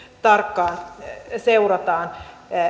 tarkkaan seurataan